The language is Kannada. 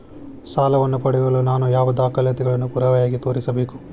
ಸಾಲವನ್ನು ಪಡೆಯಲು ನಾನು ಯಾವ ದಾಖಲೆಗಳನ್ನು ಪುರಾವೆಯಾಗಿ ತೋರಿಸಬೇಕು?